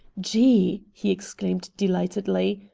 gee! he exclaimed delightedly.